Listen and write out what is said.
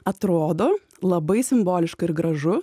atrodo labai simboliška ir gražu